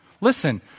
Listen